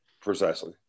Precisely